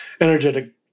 energetic